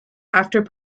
after